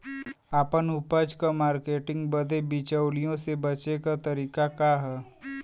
आपन उपज क मार्केटिंग बदे बिचौलियों से बचे क तरीका का ह?